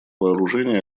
вооружений